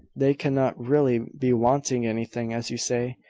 they cannot really be wanting anything, as you say,